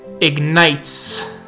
ignites